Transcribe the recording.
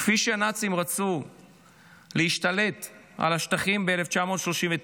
כפי שהנאצים רצו להשתלט על השטחים ב-1939,